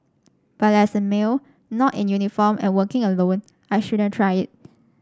but as a male not in uniform and working alone I shouldn't try it